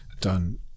done